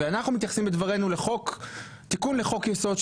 ואנחנו מתייחסים בדברנו לחוק תיקון לחוק יסוד,